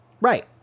Right